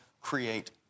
create